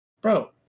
bro